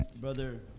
Brother